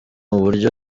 uburyo